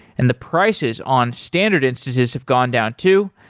and the prices on standard instances have gone down too.